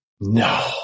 No